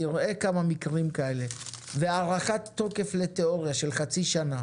תראה כמה מקרים כאלה והארכת תוקף לתיאוריה של חצי שנה